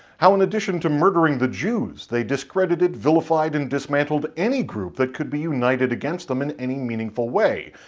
how in addition to murdering the jews, they discredited, vilified, and dismantled any group that could be united against them in any meaningful way.